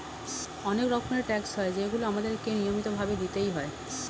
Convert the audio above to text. অনেক রকমের ট্যাক্স হয় যেগুলো আমাদের কে নিয়মিত ভাবে দিতেই হয়